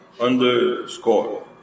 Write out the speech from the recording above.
underscore